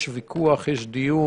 יש ויכוח, יש דיון,